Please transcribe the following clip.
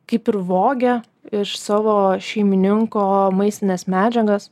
kaip ir vogia iš savo šeimininko maistines medžiagas